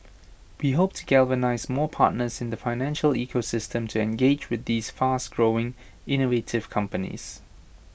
we hope to galvanise more partners in the financial ecosystem to engage with these fast growing innovative companies